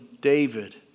David